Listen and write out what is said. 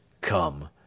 Come